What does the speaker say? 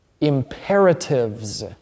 imperatives